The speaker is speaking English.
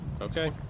Okay